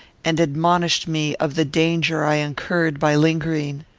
and admonished me of the danger i incurred by lingering.